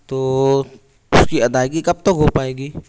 تو اس کی ادائیگی کب تک ہو پائے گی